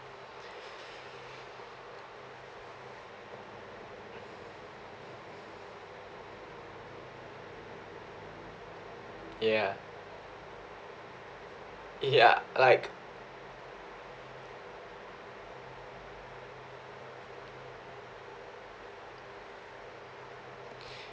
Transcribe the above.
ya ya like